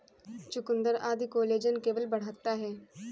चुकुन्दर आदि collagen level बढ़ाता है